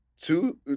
two